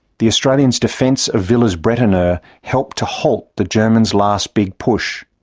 the australians' defence of villers-bretonneux ah helped to halt the germans' last big push.